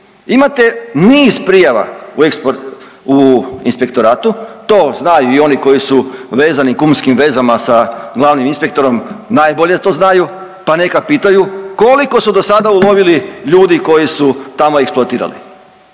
Imate niz prijava u inspektoratu, to znaju i oni koji su vezani kumskim vezama sa glavnim inspektorom najbolje to znaju, pa neka pitaju koliko su do sada ulovili ljudi koji su tamo eksploatiraju,